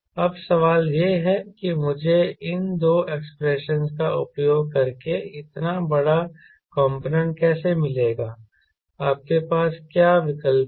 अब सवाल यह है कि मुझे इन दो एक्सप्रेशनस का उपयोग करके इतना बड़ा कॉन्पोनेंट कैसे मिलेगा आपके पास क्या विकल्प हैं